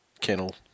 Kennel